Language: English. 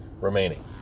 remaining